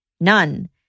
none